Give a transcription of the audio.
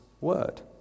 word